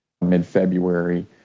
mid-February